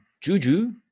Juju